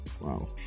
Wow